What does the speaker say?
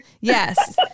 Yes